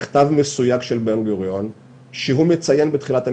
מכתב מסויג של בן גוריון שהוא מציין בתחילתו